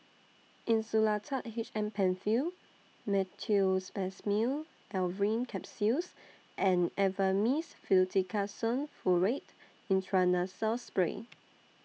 Insulatard H M PenFill Meteospasmyl Alverine Capsules and Avamys Fluticasone Furoate Intranasal Spray